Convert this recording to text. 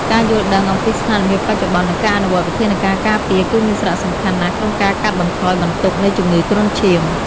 ការយល់ដឹងអំពីស្ថានភាពបច្ចុប្បន្ន និងការអនុវត្តវិធានការការពារគឺមានសារៈសំខាន់ណាស់ក្នុងការកាត់បន្ថយបន្ទុកនៃជំងឺគ្រុនឈាម។